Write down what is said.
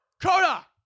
Coda